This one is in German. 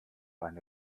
eine